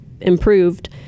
improved